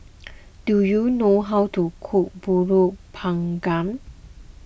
do you know how to cook Pulut Panggang